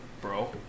bro